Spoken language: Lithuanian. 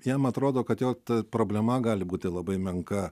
jam atrodo kad jo ta problema gali būti labai menka